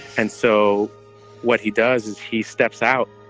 and so what he does is he steps out